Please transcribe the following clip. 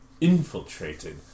infiltrated